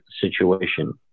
situation